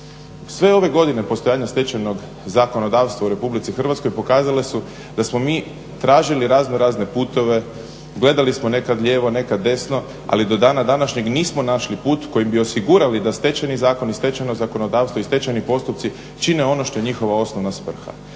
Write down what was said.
Sve ove godine postojanja Stečajnog zakonodavstva u RH pokazali su da smo mi tražili razno razne putove gledali smo nekada lijevo, nekada desno, ali do dana današnjeg nismo našli put kojim bi osigurali da Stečajni zakon i stečajno zakonodavstvo i stečajni postupci čine ono što je njihova osnovna svrha,